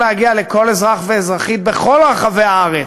להגיע לכל אזרח ואזרחית בכל רחבי הארץ,